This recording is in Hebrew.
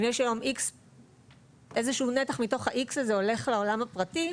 אם יש איזשהו נתח מתוך ה-X שהולך לעולם הפרטי,